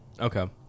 Okay